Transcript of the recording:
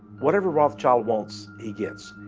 whatever rothschild wants, he gets.